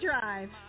Drive